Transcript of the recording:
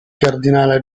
cardinale